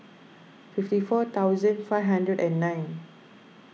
fifty four thousand five hundred and nine